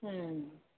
ꯎꯝ